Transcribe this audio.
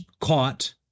caught